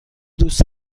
دوست